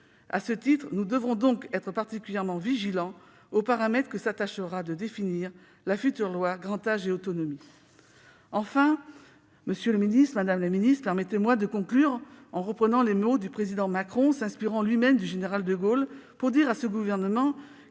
À ce titre, nous devrons être particulièrement vigilants aux paramètres que s'attachera à définir la future loi Grand âge et autonomie. Enfin, monsieur le ministre, permettez-moi de conclure en reprenant les mots du président Macron, s'inspirant lui-même du général de Gaulle. Il ne suffit